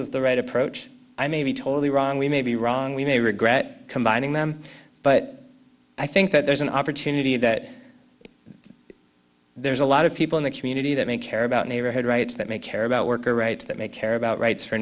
was the right approach i may be totally wrong we may be wrong we may regret combining them but i think that there's an opportunity that there's a lot of people in the community that may care about neighborhood rights that may care about worker rights that may care about rights for